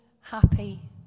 happy